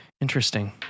interesting